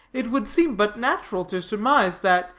it would seem but natural to surmise that,